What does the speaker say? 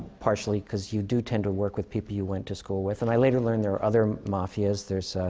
partially because you do tend to work with people you went to school with. and i later learned there are other mafias. there's